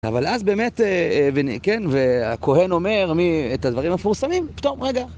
אבל אז באמת, כן, והכהן אומר את הדברים הפורסמים, פתאום, רגע.